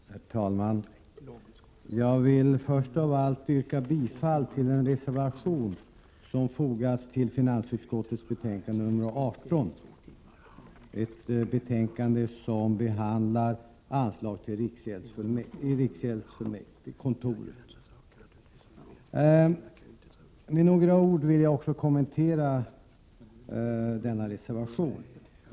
Herr talman! Jag vill först av allt yrka bifall till den reservation som har fogats till finansutskottets betänkande 18. I detta betänkande behandlas anslag till riksgäldskontoret. Med några ord vill jag kommentera reservationen.